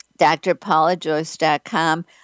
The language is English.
DrPaulaJoyce.com